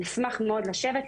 נשמח מאוד לשבת,